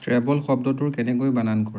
travel শব্দটোৰ কেনেকৈ বানান কৰে